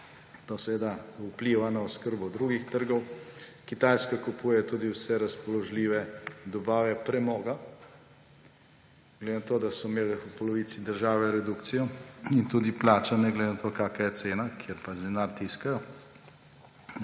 To seveda vpliva na oskrbo drugih trgov. Kitajska kupuje tudi vse razpoložljive dobave premoga. Glede na to, da so imeli v polovici države redukcijo in tudi plača, ne glede na to, kakšna je cena, kjer pač denar tiskajo,